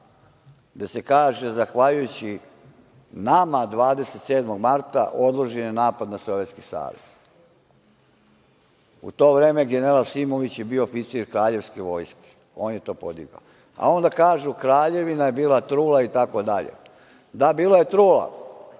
gde se kaže – zahvaljujući nama, 27. marta odložen je napad na Sovjetski Savez. U to vreme general Simović je bio oficir kraljevske vojske, on je to podigao, a onda kažu Kraljevina je bila trula itd. Da, bila je trula